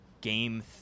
Game